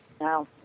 No